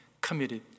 committed